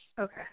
Okay